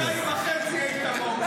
חודשיים וחצי היית באופוזיציה.